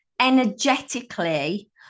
energetically